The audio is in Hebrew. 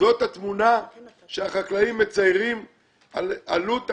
זו התמונה שהחקלאים מייצרים על עלות העסקה.